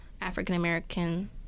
african-american